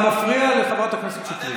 חבר הכנסת אמסלם, אתה מפריע לחברת הכנסת שטרית.